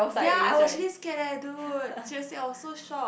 ya I was really scared eh dude seriously I was so shocked